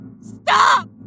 Stop